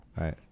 right